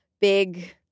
big